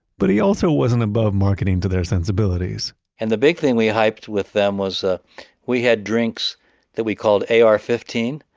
but he also wasn't above marketing to their sensibilities and the big thing we hyped with them was, ah we had drinks that we called ar fifteen.